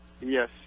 Yes